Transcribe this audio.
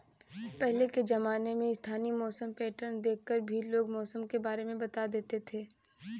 पहले के ज़माने में स्थानीय मौसम पैटर्न देख कर भी लोग मौसम के बारे में बता देते थे